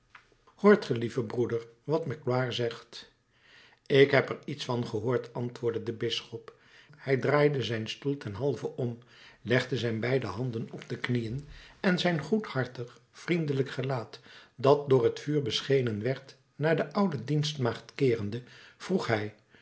ge lieve broeder wat magloire zegt ik heb er iets van gehoord antwoordde de bisschop hij draaide zijn stoel ten halve om legde zijn beide handen op de knieën en zijn goedhartig vriendelijk gelaat dat door het vuur beschenen werd naar de oude dienstmaagd keerende vroeg hij